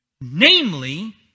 Namely